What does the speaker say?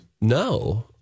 No